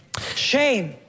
Shame